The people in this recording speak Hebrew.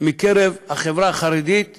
מקרב החברה החרדית בפרט,